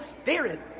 Spirit